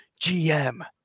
GM